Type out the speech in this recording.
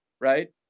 right